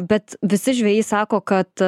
bet visi žvejai sako kad